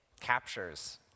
captures